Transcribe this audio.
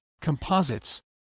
Composites